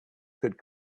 could